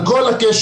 על כל הקשת.